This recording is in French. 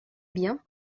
bien